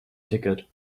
ticket